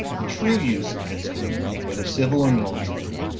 the true use of history, whether civil or military,